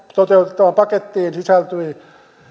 toteutettavaan pakettiin sisältyi